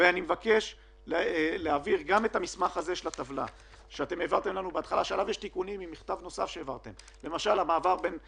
וזו קרן מעל --- האמת שאנחנו החלטנו להחיל אותה גם מעל 200